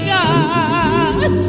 God